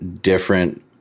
different